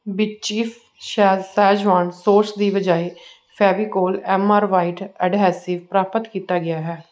ਬਿਚੀਫ਼ ਸ਼ੈਜ schezwan sauce ਦੀ ਬਜਾਏ Fevicol M R white adhesive ਪ੍ਰਾਪਤ ਕੀਤਾ ਗਿਆ ਹੈ